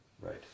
Right